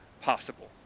possible